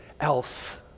else